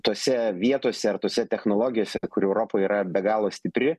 tose vietose ar tose technologijose kur europa yra be galo stipri